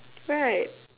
right